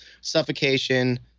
suffocation